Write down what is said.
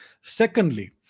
Secondly